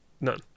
None